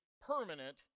permanent